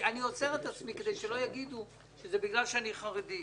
אני עוצר את עצמי כדי שלא יגידו שזה בגלל שאני חרדי.